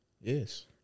Yes